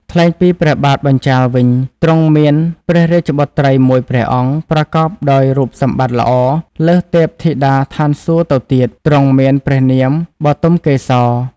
ថ្លែងពីព្រះបាទបញ្ចាល៍វិញ ទ្រង់មានព្រះរាជបុត្រីមួយព្រះអង្គប្រកបដោយរូបសម្បត្តិល្អលើសទេពធីតាឋានសួគ៌ទៅទៀត ទ្រង់មានព្រះនាមបុទមកេសរ។